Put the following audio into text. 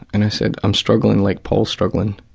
and i said, i'm struggling like paul's struggling,